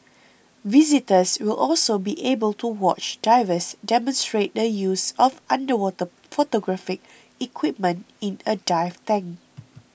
visitors will also be able to watch divers demonstrate the use of underwater photographic equipment in a dive tank